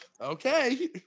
Okay